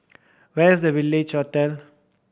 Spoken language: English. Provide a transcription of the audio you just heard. where is the Village Hotel